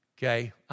Okay